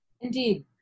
Indeed